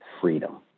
Freedom